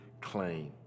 claim